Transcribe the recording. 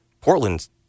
Portland's